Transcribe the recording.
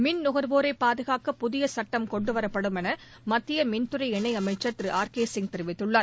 மின் நுகர்வோரை பாதுகாக்க புதிய சட்டம் கொண்டுவரப்படும் என மத்திய மின்துறை இணை அமைச்சர் திரு ஆர் கே சிங் தெரிவித்துள்ளார்